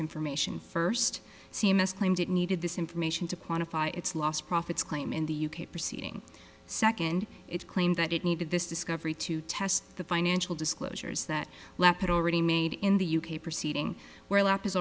information first c m s claimed it needed this information to quantify its lost profits claim in the u k proceeding second its claim that it needed this discovery to test the financial disclosures that leopard already made in the u k proceeding where lap